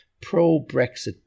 pro-Brexit